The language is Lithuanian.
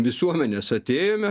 visuomenės atėjome